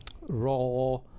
Raw